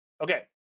okay